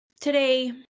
today